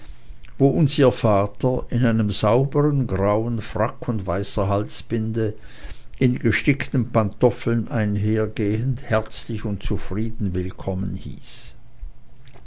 wo uns ihr vater in einem saubern grauen fracke und weißer halsbinde in gestickten pantoffeln einhergehend herzlich und zufrieden willkommen hieß